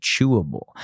chewable